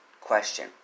question